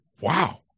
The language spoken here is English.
wow